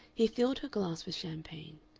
he filled her glass with champagne.